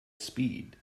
speed